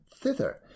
thither